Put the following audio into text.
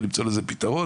ולידה אתי שאחראית על